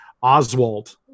Oswald